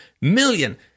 million